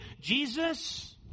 Jesus